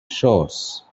shores